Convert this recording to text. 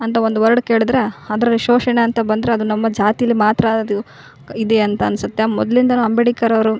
ಅಂತ ಒಂದು ವರ್ಡ್ ಕೇಳ್ದ್ರೆ ಅದರಲ್ಲಿ ಶೋಷಣೆ ಅಂತ ಬಂದರೆ ಅದು ನಮ್ಮ ಜಾತಿಲಿ ಮಾತ್ರ ಅದು ಇದೆ ಅಂತ ಅನ್ಸುತ್ತೆ ಮೊದಲಿಂದನು ಅಂಬೇಡ್ಕರ್ ಅವರು